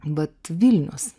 vat vilnius